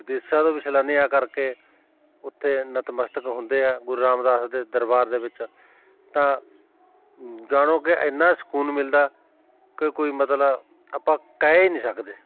ਵਿਦੇਸ਼ਾਂ ਤੋਂ ਵੀ ਸੈਲਾਨੀ ਆ ਕਰਕੇ ਉੱਥੇ ਨਤਮਸਤਕ ਹੁੰਦੇ ਆ ਗੁਰੂ ਰਾਮਦਾਸ ਦੇ ਦਰਬਾਰ ਦੇ ਵਿੱਚ ਤਾਂ ਜਾਣੋ ਕਿ ਇੰਨਾ ਸਕੂਨ ਮਿਲਦਾ ਕਿ ਕੋਈ ਮਤਲਬ ਆਪਾਂ ਕਹਿ ਨਹੀਂ ਸਕਦੇ